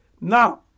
Now